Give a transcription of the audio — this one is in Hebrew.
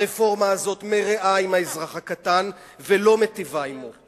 הרפורמה הזאת מרעה עם האזרח הקטן ולא מיטיבה עמו.